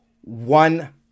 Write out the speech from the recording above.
one